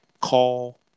call